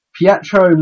Pietro